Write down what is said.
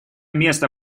место